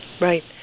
Right